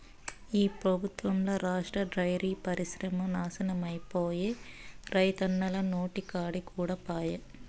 ఈ పెబుత్వంల రాష్ట్ర డైరీ పరిశ్రమ నాశనమైపాయే, రైతన్నల నోటికాడి కూడు పాయె